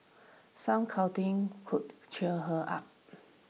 some cuddling could cheer her up